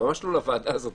לא לוועדה הזאת,